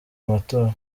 amatora